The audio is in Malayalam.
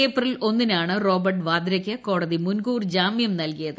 ഏപ്രിൽ ഒന്നിനാണ് റോബർട്ട് വദ്രയ്ക്ക് കോടതി മുൻകൂർ ജാമ്യം നൽകിയത്